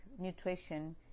nutrition